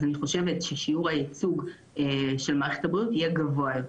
אז אני חושבת ששיעור הייצוג של מערכת הבריאות יהיה גבוה יותר.